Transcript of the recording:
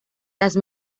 las